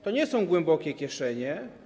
To nie są głębokie kieszenie.